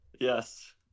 Yes